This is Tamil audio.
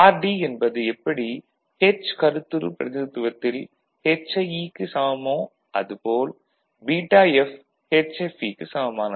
rd என்பது எப்படி h கருத்துரு பிரதிநிதித்துவத்தில் hie க்கு சமமோ அது போல் βf hfe க்கு சமமானது